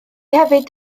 hefyd